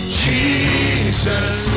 jesus